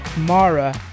Mara